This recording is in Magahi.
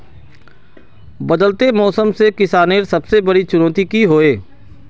बदलते मौसम से किसानेर सबसे बड़ी चुनौती की होय?